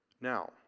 now